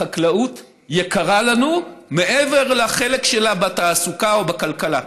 החקלאות יקרה לנו מעבר לחלק שלה בתעסוקה או בכלכלה.